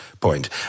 point